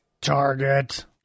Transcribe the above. target